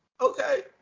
okay